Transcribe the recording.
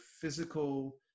physical